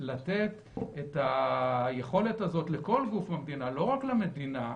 לתת את היכולת הזו לכל גוף במדינה, ולא רק למדינה.